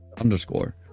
underscore